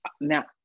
Now